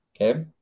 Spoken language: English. Okay